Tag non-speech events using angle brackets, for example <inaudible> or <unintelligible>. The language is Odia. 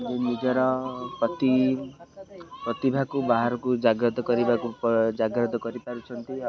ନିଜର ପ୍ରତି ପ୍ରତିଭାକୁ ବାହାରକୁ ଜାଗ୍ରତ କରିବାକୁ <unintelligible> ଜାଗ୍ରତ କରିପାରୁଛନ୍ତି